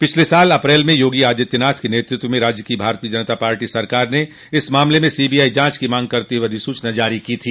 पिछले साल अप्रैल में योगी आदित्यनाथ के नेतृत्व में राज्य की भारतीय जनता पार्टी सरकार ने इस मामले में सीबीआई जांच की मांग करते हुए अधिसूचना जारी की थी